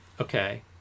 Okay